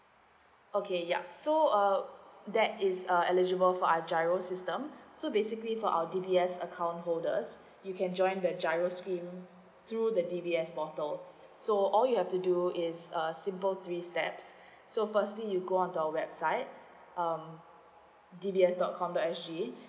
okay yup so uh that is uh eligible for our giro system so basically for our D_B_S account holders you can join that giro scheme through the D_B_S portal so all you have to do is uh simple three steps so firstly you go onto our website um D B S dot com dot S G